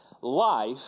Life